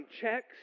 checks